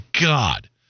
God